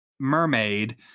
mermaid